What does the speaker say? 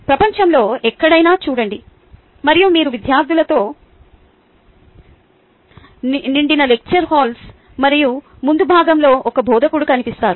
ప్రపంచంలో ఎక్కడైనా చూడండి మరియు మీరు విద్యార్థులతో నిండిన లెక్చర్ హాల్స్ మరియు ముందు భాగంలో ఒక బోధకుడు కనిపిస్తారు